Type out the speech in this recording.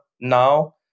now